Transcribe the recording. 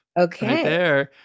Okay